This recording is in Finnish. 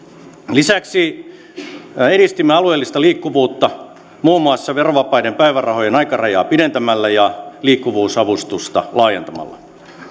lisäksi edistimme alueellista liikkuvuutta muun muassa verovapaiden päivärahojen aikarajaa pidentämällä ja liikkuvuusavustusta laajentamalla